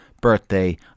birthday